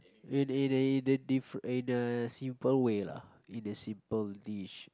in the in the in the differe~ simple way lah in a simple dish